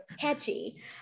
catchy